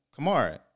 Kamara